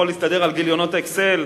על גיליונות "אקסל",